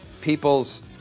people's